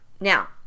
Now